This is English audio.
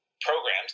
programs